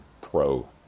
pro